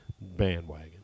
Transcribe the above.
bandwagon